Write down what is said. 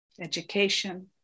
education